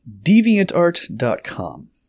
DeviantArt.com